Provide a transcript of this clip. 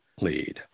lead